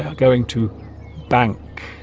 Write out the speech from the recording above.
um going to bank